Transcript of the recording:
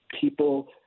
people